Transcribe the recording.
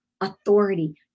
authority